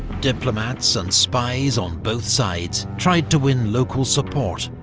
diplomats and spies on both sides tried to win local support,